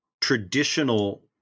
traditional